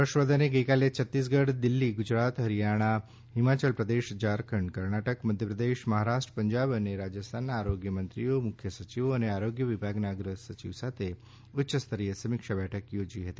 હર્ષવર્ધને ગઇકાલે છત્તીસગઢ દિલ્હી ગુજરાત હરિયાણા હિમાચલ પ્રદેશ ઝારખંડ કર્ણાટક મધ્યપ્રદેશ મહારાષ્ટ્ર પંજાબ અને રાજસ્થાનના આરોગ્ય મંત્રીઓ મુખ્ય સચિવો અને આરોગ્ય વિભાગના અગ્ર સચિવ સાથે ઉચ્યસ્તરીય સમીક્ષા બેઠક યોજી હતી